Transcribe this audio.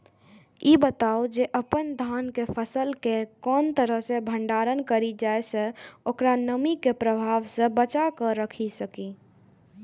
ई बताऊ जे अपन धान के फसल केय कोन तरह सं भंडारण करि जेय सं ओकरा नमी के प्रभाव सं बचा कय राखि सकी?